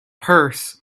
purse